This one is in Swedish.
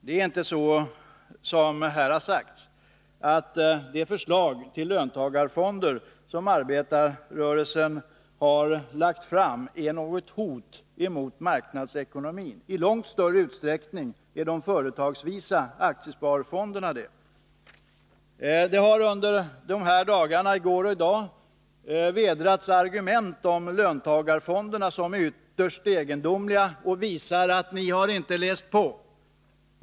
Det är inte så, som här har sagts, att det förslag till löntagarfonder som arbetarrörelsen har lagt fram är något hot mot marknadsekonomin. I långt större utsträckning är de företagsvisa aktiesparfonderna det! Det har under dessa dagar — i går och i dag — vädrats argument om löntagarfonderna som är ytterst egendomliga och som visar att ni inte har läst på.